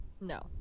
No